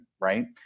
right